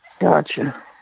Gotcha